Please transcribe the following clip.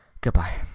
Goodbye